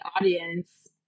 audience